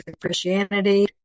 Christianity